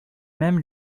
même